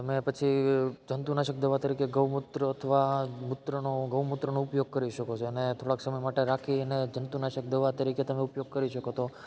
અને પછી જંતુનાશક દવા તરીકે ગૌમૂત્ર અથવા મૂત્રનો ગૌમૂત્રનો ઉપયોગ કરી શકો છો એને થોડાક સમય માટે રાખીને જંતુનાશક દવા તરીકે તમે ઉપયોગ કરી શકો